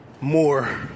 more